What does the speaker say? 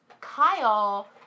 Kyle